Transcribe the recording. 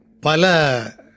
Pala